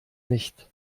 nicht